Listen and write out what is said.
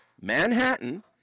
manhattan